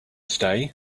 stay